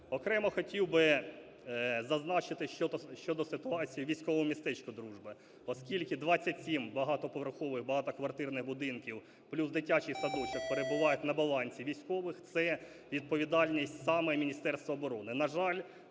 Окремо хотів би зазначити щодо ситуації у військовому містечку Дружба, оскільки 27 багатоповерхових багатоквартирних будинків плюс дитячий садочок перебувають на балансі військових, це відповідальність саме Міністерства оборони.